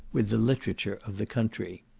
with the literature of the country.